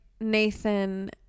Nathan